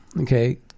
Okay